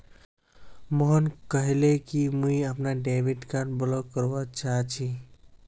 मोहन कहले कि मुई अपनार डेबिट कार्ड ब्लॉक करवा चाह छि